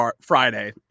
Friday